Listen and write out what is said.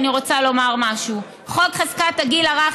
ואני רוצה לומר משהו: חוק חזקת הגיל הרך